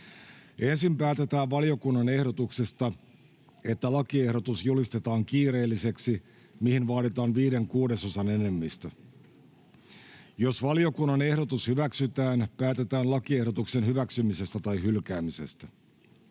Ensin päätetään valiokunnan ehdotuksesta, että lakiehdotus julistetaan kiireelliseksi, mihin vaaditaan viiden kuudesosan enemmistö. Jos valiokunnan ehdotus hyväksytään, päätetään lakiehdotuksen hyväksymisestä tai hylkäämisestä.